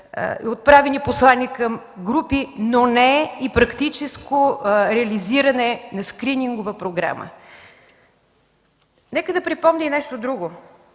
отправени послания към групи, но не и практическо реализиране на скринингова програма. Нека да припомня и нещо друго